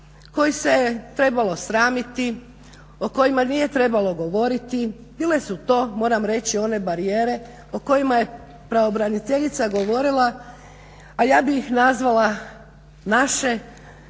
kojih se trebalo sramiti, o kojima nije trebalo govoriti. Bile su to moram reći one barijere o kojima je pravobraniteljica govorila, a ja bi ih nazvala naše